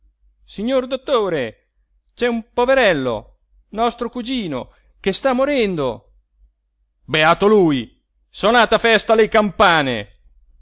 signor dottore c'è un poverello nostro cugino che sta morendo beato lui sonate a festa le campane